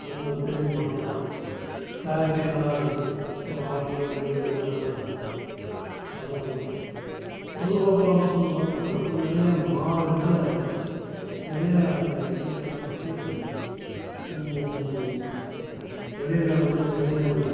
அது ஒரு பெரிய மாற்றம் க்ளாரிட்டி நல்லாயிருக்கு ஆடியோ வீடியோ எல்லாமே நல்லாயிருக்கு அது ஒன்று பொழுதுபோக்கு அம்சம்னு பார்த்திங்கனா ஒரு நிறையா மால் இதில் நிறையா அந்த இது என்ன சொல்லுறது வெளியில வந்து நிறையா